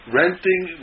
renting